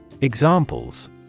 Examples